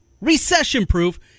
recession-proof